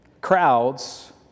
crowds